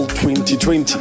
2020